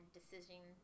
decision